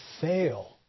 fail